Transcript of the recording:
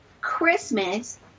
Christmas